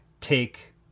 take